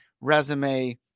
resume